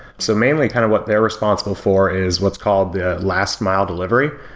so mainly kind of what they're responsible for is what's called the last mile delivery.